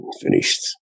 Finished